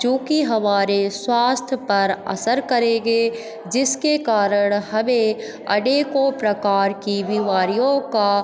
जो कि हमारे स्वास्थ्य पर असर करेंगे जिसके कारण हमें अनेकों प्रकार की बीमारियों का